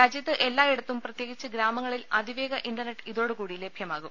രാജ്യത്ത് എല്ലായിടത്തും പ്രത്യേകിച്ച് ഗ്രാമങ്ങളിൽ അതിവേഗ ഇന്റർനെറ്റ് ഇതോടുകൂടി ലഭ്യമാകും